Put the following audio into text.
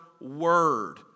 word